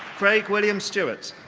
craig william stewart.